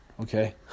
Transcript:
okay